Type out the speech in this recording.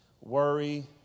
worry